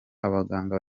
abaganga